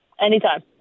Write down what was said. Anytime